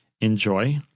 enjoy